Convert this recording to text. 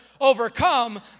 overcome